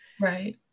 right